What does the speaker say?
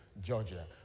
Georgia